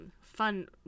fun